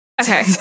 Okay